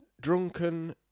Drunken